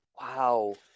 Wow